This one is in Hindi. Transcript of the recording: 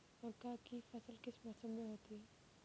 मक्का की फसल किस मौसम में होती है?